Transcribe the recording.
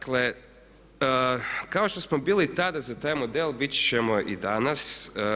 Kao što smo bili tada za taj model biti ćemo i danas.